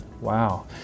Wow